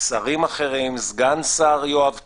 שרים אחרים, סגן השר יואב קיש,